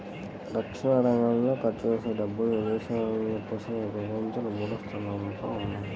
రక్షణరంగానికి ఖర్చుజేసే డబ్బుల్లో ఇదేశాలతో పోలిత్తే మనం ప్రపంచంలో మూడోస్థానంలో ఉన్నాం